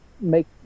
make